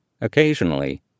Occasionally